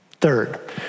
Third